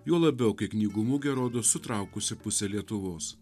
juo labiau kai knygų mugė rodos sutraukusi pusė lietuvos